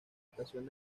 estación